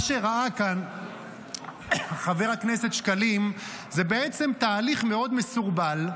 מה שראה כאן חבר הכנסת שקלים זה בעצם תהליך מאוד מסורבל,